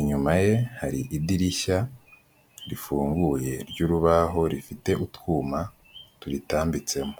inyuma ye hari idirishya rifunguye ry'urubaho rifite utwuma turitambitsemo.